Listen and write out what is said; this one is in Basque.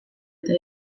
eta